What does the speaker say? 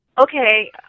Okay